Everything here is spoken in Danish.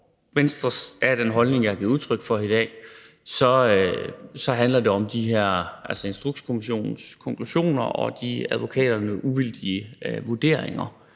Venstre er af den holdning, jeg har givet udtryk for i dag, så handler det om Instrukskommissionens konklusioner og de uvildige advokaters